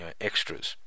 Extras